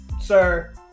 Sir